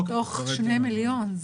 220,000 מתוך 2 מיליון.